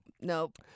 Nope